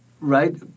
right